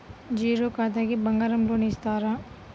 Zero ఖాతాకి బంగారం loan ఇస్తారా?